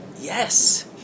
yes